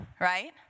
right